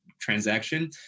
transaction